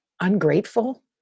ungrateful